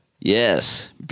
yes